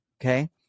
Okay